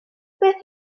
beth